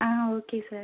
ah okay sir